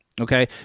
Okay